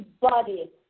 body